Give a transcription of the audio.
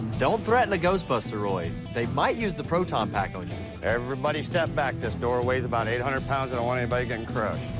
don't threaten a ghostbuster, roy. they might use the proton pack on you. everybody step back. this door weighs about eight hundred pounds. i don't want anybody getting crushed.